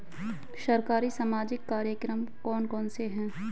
सरकारी सामाजिक कार्यक्रम कौन कौन से हैं?